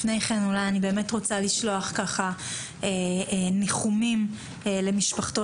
לפני כן אני רוצה לשלוח ניחומים למשפחתו